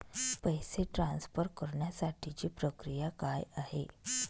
पैसे ट्रान्सफर करण्यासाठीची प्रक्रिया काय आहे?